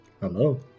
hello